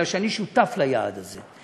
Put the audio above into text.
כי אני שותף ליעד הזה.